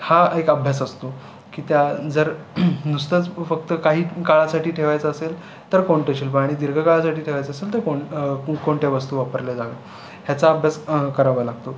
हा एक अभ्यास असतो की त्या जर नुसतंच फक्त काही काळासाठी ठेवायचं असेल तर कोणतं शिल्प आणि दीर्घकाळासाठी ठेवायचं असेल तर कोण कोणत्या वस्तू वापरल्या जाव्या ह्याचा अभ्यास करावा लागतो